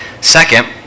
Second